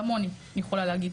כמוני, אני יכולה להגיד.